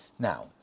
Now